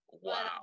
Wow